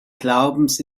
glaubens